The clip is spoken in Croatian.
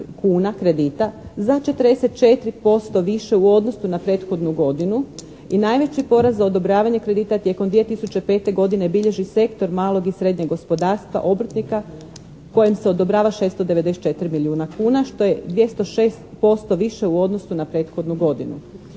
za 44% više u odnosu na prethodnu godinu i najveći porast za odobravanje kredita tijekom 2005. godine bilježi sektor malog i srednjeg gospodarstva, obrtnika kojem se odobrava 694 milijuna kuna što je 206% više u odnosu na prethodnu godinu.